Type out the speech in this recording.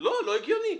לא הגיוני,